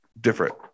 different